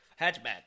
Hatchback